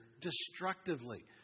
destructively